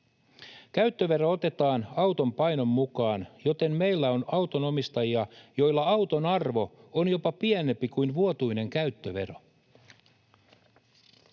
Käyttövero otetaan auton painon mukaan, joten meillä on auton omistajia, joilla auton arvo on jopa pienempi kuin vuotuinen käyttövero.